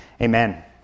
Amen